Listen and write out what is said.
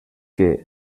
que